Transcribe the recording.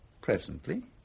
presently